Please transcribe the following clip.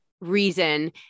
reason